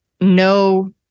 no